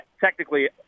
technically